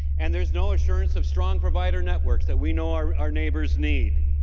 and there's no assurance of strong provider network that we know our neighbors need.